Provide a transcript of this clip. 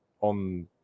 on